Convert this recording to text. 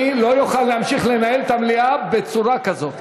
אני לא אוכל להמשיך לנהל את המליאה בצורה כזאת.